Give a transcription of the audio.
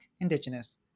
Indigenous